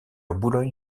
boulogne